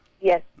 Yes